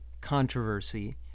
controversy